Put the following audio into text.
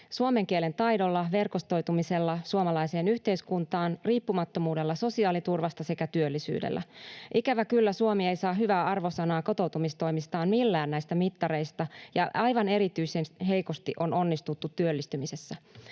suomen kielen taidolla, verkostoitumisella suomalaiseen yhteiskuntaan, riippumattomuudella sosiaaliturvasta sekä työllisyydellä. Ikävä kyllä Suomi ei saa hyvää arvosanaa kotoutumistoimistaan millään näistä mittareista, ja aivan erityisen heikosti on onnistuttu työllistymisessä.